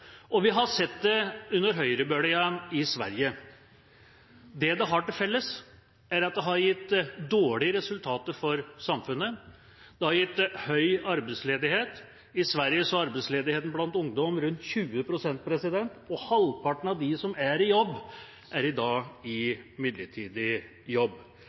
Og vi har sett det under høyrebølgen i Sverige. Det det har til felles, er at det har gitt dårlige resultater for samfunnet, det har gitt høy arbeidsledighet – i Sverige er arbeidsledigheten blant ungdom rundt 20 pst., og halvparten av dem som er i jobb, er i dag i midlertidig jobb.